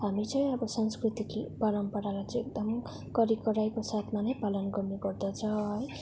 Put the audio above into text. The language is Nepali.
हामी चाहिँ अब सांस्कृतिक परम्परालाई चाहिँ अब एकदम कडिकडाइको साथमा नै पालन गर्नु पर्दछ है